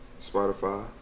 Spotify